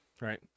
Right